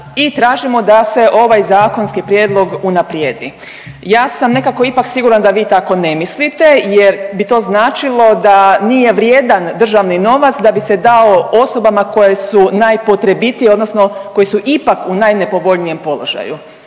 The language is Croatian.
i tražimo da se ovaj zakonski prijedlog unaprijedi. Ja sam nekako ipak sigurna da vi tako ne mislite jer bi to značilo da nije vrijedan državni novac da bi se dao osobama koje su najpotrebitije odnosno koje su ipak u najnepovoljnijem položaju,